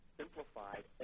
simplified